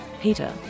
Peter